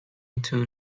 into